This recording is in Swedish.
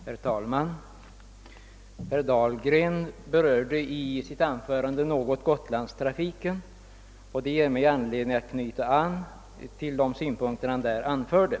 Herr talman! Herr Dahlgren berörde i sitt anförande Gotlandstrafiken, och det ger mig anledning att knyta an till de synpunkter han anförde.